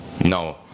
No